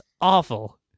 awful